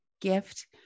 gift